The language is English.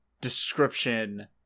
description